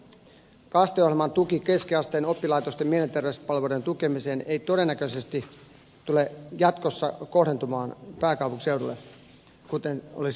kaste ohjelman tuki keskiasteen oppilaitosten mielenterveyspalveluiden tukemiseen ei todennäköisesti tule jatkossa kohdentumaan pääkaupunkiseudulle kuten olisi tarvetta